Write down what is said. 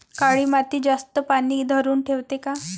काळी माती जास्त पानी धरुन ठेवते का?